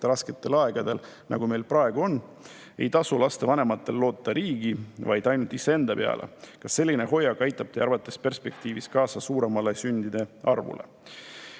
rasketel aegadel, nagu meil praegu on, ei tasu lastevanematel loota riigi, vaid ainult iseenda peale? Kas selline hoiak aitab teie arvates perspektiivis kaasa suuremale sündide arvule?